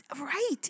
Right